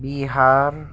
Bihar